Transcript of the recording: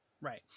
Right